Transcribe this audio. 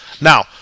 now